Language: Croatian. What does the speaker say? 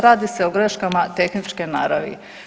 Radi se o greškama tehničke naravi.